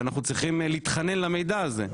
שאנחנו צריכים להתחנן למידע זה.